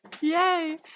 yay